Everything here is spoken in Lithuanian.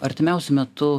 artimiausiu metu